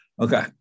Okay